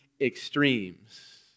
extremes